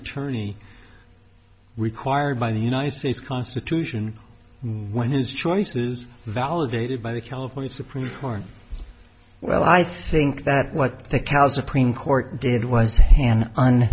attorney required by the united states constitution when his choices validated by the california supreme court well i think that what the calif supreme court did was hand